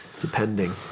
depending